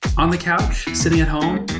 on the couch, sitting at home?